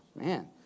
Man